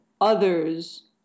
others